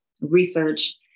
research